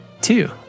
two